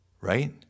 right